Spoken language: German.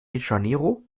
janeiro